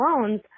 loans